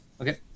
okay